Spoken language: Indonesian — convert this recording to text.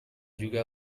juga